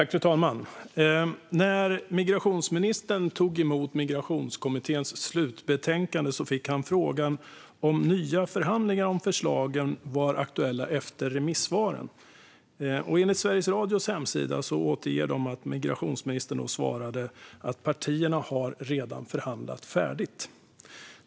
Fru talman! När migrationsministern tog emot Migrationskommitténs slutbetänkande fick han frågan om det skulle bli aktuellt med nya förhandlingar om förslagen efter det att remissvaren hade kommit in. Enligt Sveriges Radios hemsida svarade migrationsministern att partierna redan hade förhandlat färdigt.